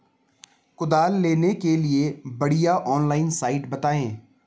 कुदाल लेने के लिए बढ़िया ऑनलाइन साइट बतायें?